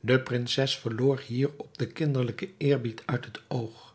de prinses verloor hierop den kinderlijken eerbied uit het oog